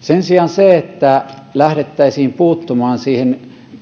sen sijaan siihen että lähdettäisiin puuttumaan siihen